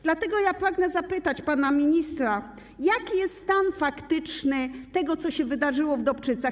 Dlatego pragnę zapytać pana ministra: Jaki jest stan faktyczny tego, co się wydarzyło w Dobczycach?